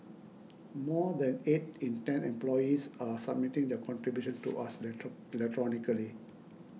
more than eight in ten employers are submitting their contributions to us electronically